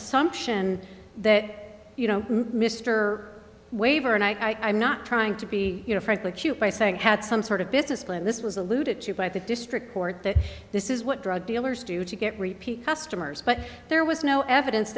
assumption that you know mr waiver and i not trying to be you know frankly cute by saying had some sort of business plan this was alluded to by the district court that this is what drug dealers do to get repeat customers but there was no evidence